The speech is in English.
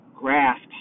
grasp